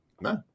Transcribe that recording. No